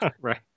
Right